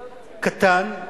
קטן,